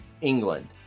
England